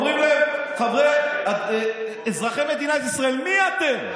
אומרים להם: אזרחי מדינת ישראל, מי אתם?